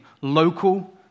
local